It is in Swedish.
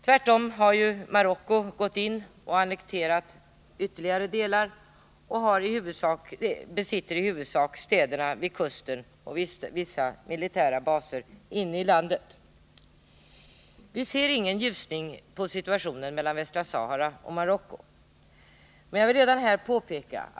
Tvärtom har ju Marocko annekterat ytterligare delar och besitter i huvudsak städerna vid kusten och vissa militära baser inne i landet. " Viser ingen ljusning i situationen mellan Västra Sahara och Marocko.